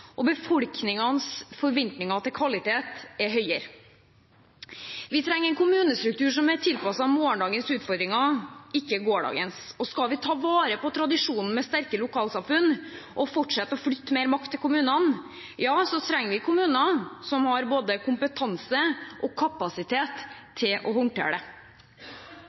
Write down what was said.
og befolkningens forventninger til kvalitet er høyere. Vi trenger en kommunestruktur som er tilpasset morgendagens utfordringer, ikke gårsdagens. Skal vi ta vare på tradisjonen med sterke lokalsamfunn og fortsette å flytte mer makt til kommunene, ja, så trenger vi kommuner som har både kompetanse og kapasitet til å håndtere det.